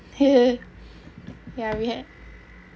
yeah we had